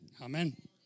amen